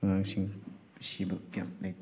ꯑꯉꯥꯡꯁꯤꯡ ꯁꯤꯕ ꯀꯌꯥ ꯂꯩꯇꯦ